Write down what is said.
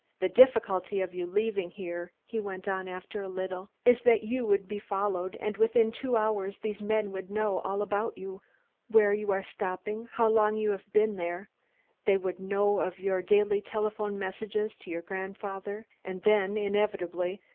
the difficulty of you leaving here, he went on after a little, is that you would be followed, and within two hours these men would know all about you where you are stopping, how long you have been there they would know of your daily telephone messages to your grandfather, and then, inevitably,